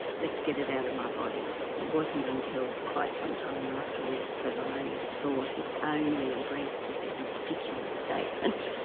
let's get it out of my body. it ah wasn't until quite some time afterwards that i thought it's only a breast is a ridiculous statement.